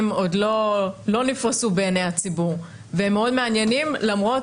עוד לא נפרסו לעיני הציבור והם מאוד מעניינים למרות